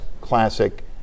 classic